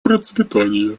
процветание